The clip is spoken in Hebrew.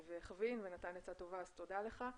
תודה לך.